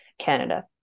Canada